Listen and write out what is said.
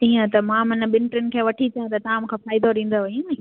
हीअं त मां मनां ॿिनि टिनि खे वठी अचां त तव्हां मूंखे फ़ाइदो डींदव न ईअं नी